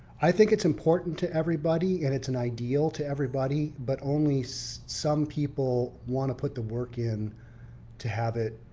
i think it's important to everybody and it's an ideal to everybody, but only so some people want to put the work in to have it